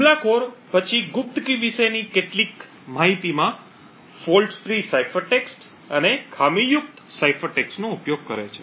હુમલાખોર પછી ગુપ્ત કી વિશેની કેટલીક માહિતીમાં ફોલ્ટ ફ્રી સાઇફર ટેક્સ્ટ અને ખામીયુક્ત સાઇફર ટેક્સ્ટનો ઉપયોગ કરે છે